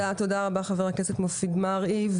תודה רבה חבר הכנסת מופיד מרעי.